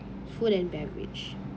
food and beverage